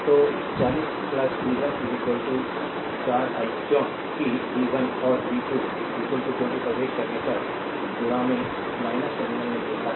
तो 40 v 1 4 I क्योंकि v 1 और यह v 2 क्योंकि प्रवेश करने पर the टर्मिनल ने देखा है